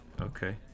Okay